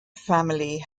family